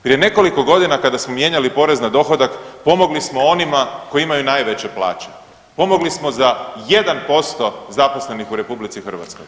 Prije nekoliko godina kada smo mijenjali porez na dohodak pomogli smo onima koji imaju najveće plaće, pomogli smo za 1% zaposlenih u RH.